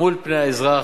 מול פני האזרח,